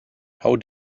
how